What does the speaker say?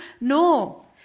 No